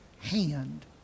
hand